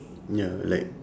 ya like